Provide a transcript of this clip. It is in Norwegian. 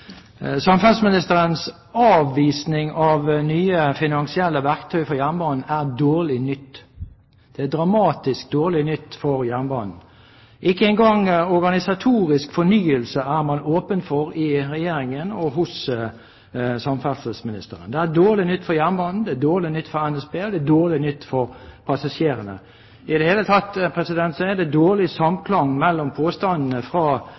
er dramatisk dårlig nytt for jernbanen. Ikke engang organisatorisk fornyelse er man åpen for i Regjeringen og hos samferdselsministeren. Det er dårlig nytt for jernbanen, det er dårlig nytt for NSB, og det er dårlig nytt for passasjerene. I det hele tatt er det dårlig samklang mellom påstandene fra